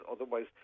otherwise